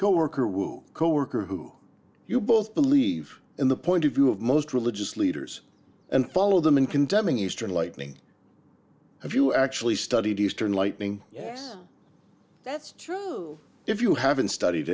co worker woo coworker who you both believe in the point of view of most religious leaders and follow them in condemning eastern lightning have you actually studied eastern lightning yes that's true if you haven't studied